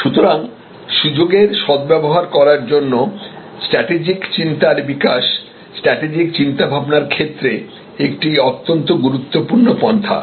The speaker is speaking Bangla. সুতরাং সুযোগের সদ্ব্যবহার করার জন্য স্ট্র্যাটেজিক চিন্তার বিকাশ স্ট্র্যাটেজিক চিন্তাভাবনার ক্ষেত্রে একটি অত্যন্ত গুরুত্বপূর্ণ পন্থা